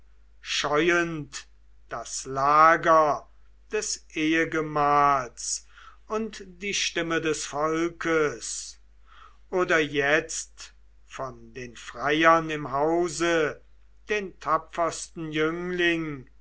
scheuend das lager des ehegemahls und die stimme des volkes oder jetzt von den freiern im hause den tapfersten jüngling